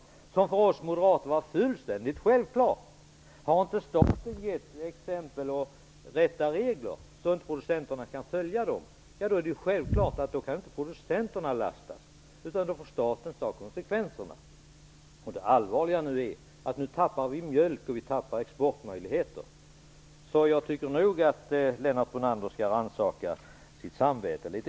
Detta var för oss moderater något fullständigt självklart. Har inte staten givit exempel och regler som producenterna kan följa, kan självfallet inte producenterna lastas, utan då får staten ta konsekvenserna. Det allvarliga är att vi nu tappar mjölk och att vi tappar exportmöjligheter. Så jag tycker nog att Lennart Brunander något skall rannsaka sitt samvete.